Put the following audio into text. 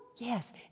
Yes